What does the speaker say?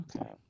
Okay